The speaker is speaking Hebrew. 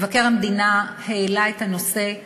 מבקר המדינה העלה את הנושא,